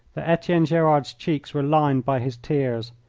that etienne gerard's cheeks were lined by his tears,